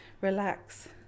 relax